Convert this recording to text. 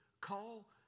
call